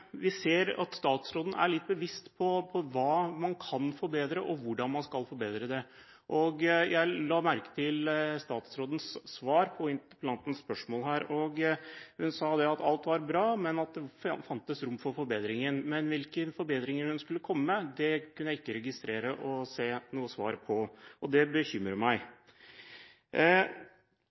vi ser at statsråden er litt bevisst på hva man kan forbedre, og hvordan man kan forbedre det. Jeg merket meg statsrådens svar på interpellantens spørsmål her. Hun sa at alt var bra, men at det fantes rom for forbedringer, men hvilke forbedringer hun skulle komme med, kunne jeg ikke registrere noe svar på. Det bekymrer meg.